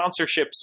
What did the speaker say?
sponsorships